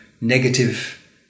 negative